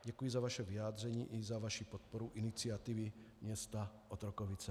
Děkuji za vaše vyjádření i za vaši podporu iniciativy města Otrokovice.